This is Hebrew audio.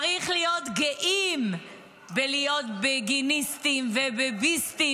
צריך להיות גאים להיות בגיניסטים וביביסטים.